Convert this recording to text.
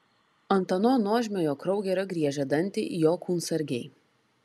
ant ano nuožmiojo kraugerio griežia dantį jo kūnsargiai